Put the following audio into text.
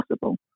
possible